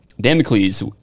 Damocles